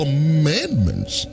Commandments